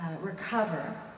recover